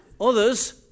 Others